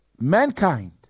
mankind